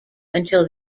until